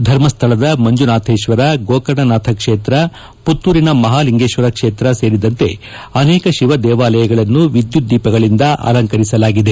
ಧರ್ಮಸ್ಥಳದ ಮಂಜುನಾಥೇಶ್ವರ ಗೋಕರ್ಣನಾಥ ಕ್ಷೇತ್ರ ಪುತ್ತೂರಿನ ಮಹಾಲಿಂಗೇಶ್ವರ ಕ್ಷೇತ್ರ ಸೇರಿದಂತೆ ಅನೇಕ ಶಿವ ದೇವಾಲಯಗಳನ್ನು ವಿದ್ಯುತ್ ದೀಪಗಳಿಂದ ಅಲಂಕರಿಸಲಾಗಿದೆ